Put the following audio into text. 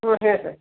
ಹ್ಞೂ ಹೇಳಿರಿ